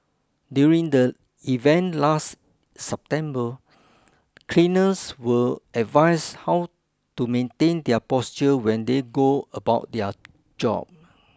during the event last September cleaners were advised how to maintain their posture when they go about their job